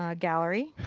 ah gallery.